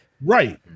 right